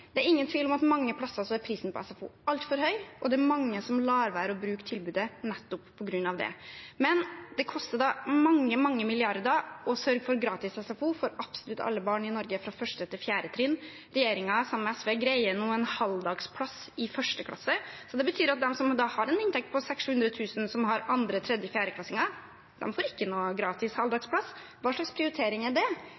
Det er ingen tvil om at mange plasser er prisen på SFO altfor høy, og det er mange som lar være å bruke tilbudet nettopp på grunn av det. Men det koster mange, mange milliarder å sørge for gratis SFO for absolutt alle barn i Norge fra 1. til 4. trinn. Regjeringen, sammen med SV, greier nå en halvdagsplass i 1. klasse. Det betyr at de som har en inntekt på 600 000–700 000 kr, som har andre-, tredje- og fjerdeklassinger, ikke får noen gratis